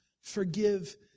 Forgive